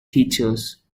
teachers